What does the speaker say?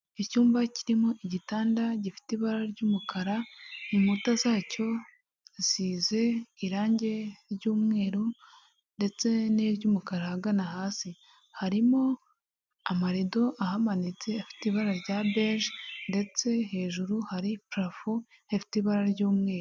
Icyumba kirimo igitanda gifite ibara ry'umukara inkuta zacyo zisize irangi ry'umweru ndetse n'iry'umukara ahagana hasi, harimo amarido ahamanitse afite ibara rya beje ndetse hejuru hari purafo ifite ibara ry'umweru.